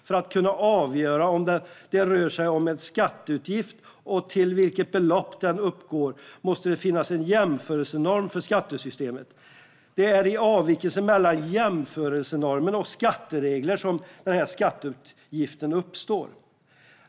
För att kunna avgöra om det rör sig om en skatteutgift och till vilket belopp den uppgår måste det finnas en jämförelsenorm för skattesystemet. Det är i avvikelsen mellan jämförelsenorm och skatteregler som skatteutgiften uppstår.